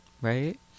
right